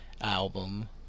album